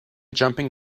jumping